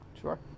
Sure